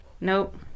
Nope